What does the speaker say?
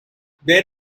there